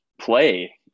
play